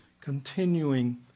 continuing